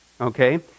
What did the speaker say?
Okay